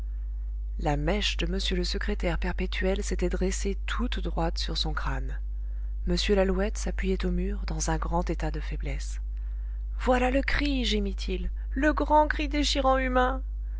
la mèche de m le secrétaire perpétuel s'était dressée toute droite sur son crâne m lalouette s'appuyait au mur dans un grand état de faiblesse voilà le cri gémit-il le grand cri déchirant humain